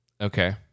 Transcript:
Okay